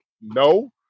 No